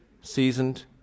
Seasoned